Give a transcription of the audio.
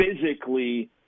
physically